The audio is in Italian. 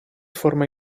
forma